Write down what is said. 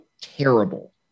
terrible